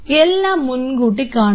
എല്ലാം മുൻകൂട്ടി കാണുക